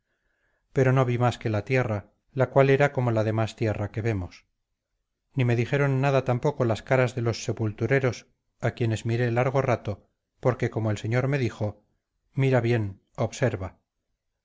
pero no vi más que la tierra la cual era como la demás tierra que vemos ni me dijeron nada tampoco las caras de los sepultureros a quienes miré largo rato porque como el señor me dijo mira bien observa